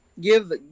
give